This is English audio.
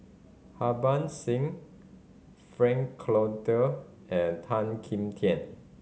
Harbans Singh Frank Cloutier and Tan Kim Tian